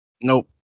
nope